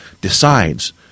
decides